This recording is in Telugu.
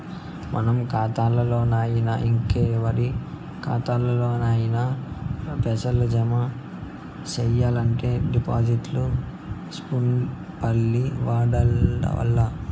మన కాతాల్లోనయినా, ఇంకెవరి కాతాల్లోనయినా పైసలు జమ సెయ్యాలంటే డిపాజిట్ స్లిప్పుల్ని వాడల్ల